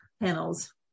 panels